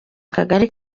kagari